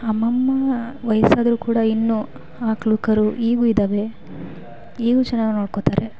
ಅಮ್ಮಮ್ಮ ವಯಸ್ಸಾದ್ರು ಕೂಡ ಇನ್ನು ಆಕಳು ಕರು ಈಗ್ಲು ಇದ್ದಾವೆ ಈಗ್ಲು ಚೆನ್ನಾಗಿ ನೋಡ್ಕೋತಾರೆ